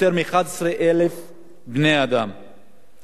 נהרגו למעלה מ-210 בני-אדם,